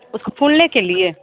उसको फूलने के लिए